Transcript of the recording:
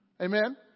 Amen